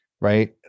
right